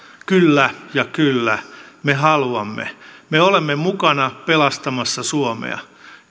kyllä ja kyllä me haluamme me olemme mukana pelastamassa suomea